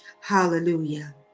Hallelujah